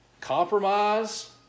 compromise